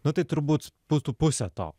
nu tai turbūt būtų pusė to